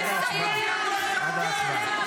את צריכה לצאת החוצה עד להצבעה,